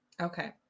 Okay